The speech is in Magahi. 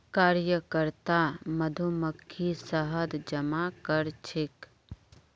कार्यकर्ता मधुमक्खी शहद जमा करछेक